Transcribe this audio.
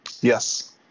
Yes